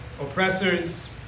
oppressors